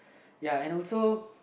ya and also